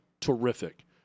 Terrific